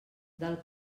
del